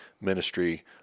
ministry